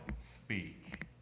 speak